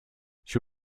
she